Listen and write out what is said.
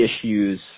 issues